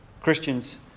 Christians